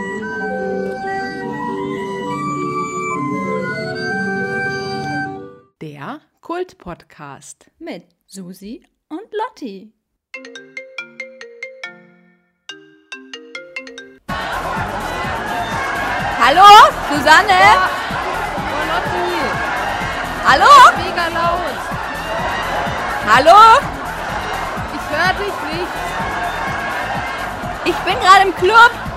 Der Kult-Podcast. Mit Susi und Lotti. Hallo, Susanne? Ja. Oh, Lotti. Hallo? Mega laut. Hallo? Ich hör dich nicht. Ich bin gerade im Club.